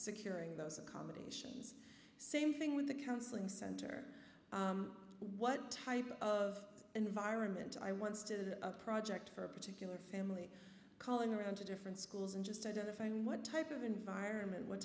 securing those accommodations same thing with the counseling center what type of environment i once did a project for a particular family calling around to different schools and just identifying what type of environment what